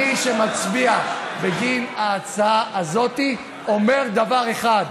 מי שמצביע בגין ההצעה הזאת אומר דבר אחד: